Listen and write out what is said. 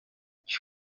cyo